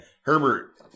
Herbert